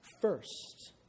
first